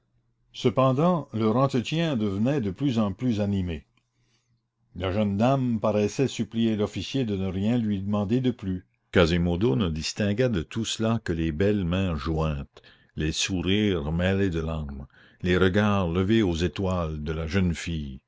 cependant leur entretien devenait de plus en plus animé la jeune dame paraissait supplier l'officier de ne rien lui demander de plus quasimodo ne distinguait de tout cela que les belles mains jointes les sourires mêlés de larmes les regards levés aux étoiles de la jeune fille